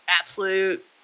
absolute